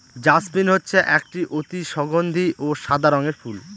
jasmine হচ্ছে একটি অতি সগন্ধি ও সাদা রঙের ফুল